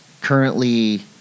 currently